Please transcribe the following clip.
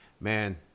man